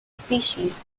species